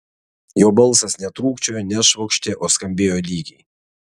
jo balsas netrūkčiojo nešvokštė o skambėjo lygiai